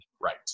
right